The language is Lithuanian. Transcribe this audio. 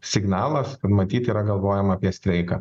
signalas matyt yra galvojama apie streiką